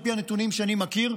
על פי הנתונים שאני מכיר,